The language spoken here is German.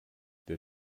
der